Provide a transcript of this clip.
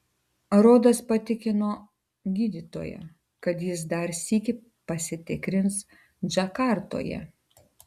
rodas patikino gydytoją kad jis dar sykį pasitikrins džakartoje